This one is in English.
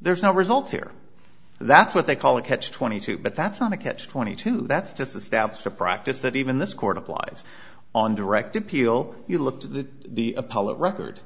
there's no result here that's what they call a catch twenty two but that's not a catch twenty two that's just the stats a practice that even this court applies on direct appeal you look to the appellate record